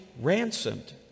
ransomed